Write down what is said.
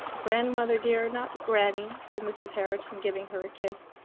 grandmother, dear not granny, said mrs. herriton, giving her a kiss.